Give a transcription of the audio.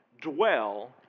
dwell